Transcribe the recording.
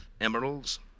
emeralds